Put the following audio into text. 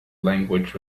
language